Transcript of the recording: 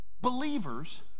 believers